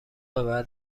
بعد